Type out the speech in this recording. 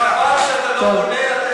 חבל שאתה לא פונה אל הטכנולוגיה.